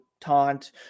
taunt